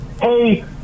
Hey